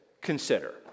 consider